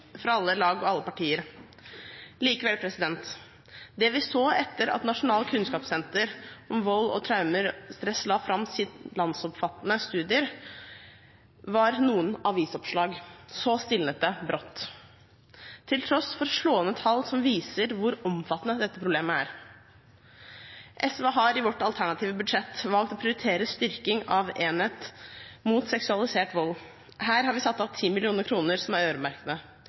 fra alle lag og alle partier. Likevel: Det vi så etter at Nasjonalt kunnskapssenter om vold og traumatisk stress la fram sin landsomfattende studie, var noen avisoppslag. Så stilnet det brått, til tross for slående tall som viser hvor omfattende dette problemet er. SV har i sitt alternative budsjett valgt å prioritere styrking av politiets enhet mot seksualisert vold. Her har vi satt av 10 mill. kr som er øremerkede.